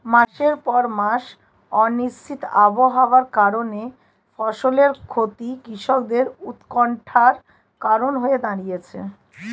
মাসের পর মাস অনিশ্চিত আবহাওয়ার কারণে ফসলের ক্ষতি কৃষকদের উৎকন্ঠার কারণ হয়ে দাঁড়িয়েছে